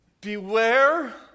beware